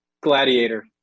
Gladiator